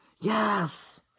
Yes